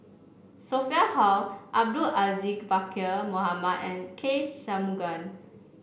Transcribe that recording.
Sophia Hull Abdul Aziz Pakkeer Mohamed and K Shanmugam